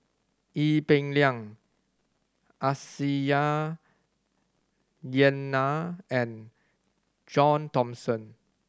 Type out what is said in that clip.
Ee Peng Liang Aisyah Lyana and John Thomson